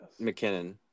McKinnon